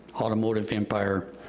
automotive empire.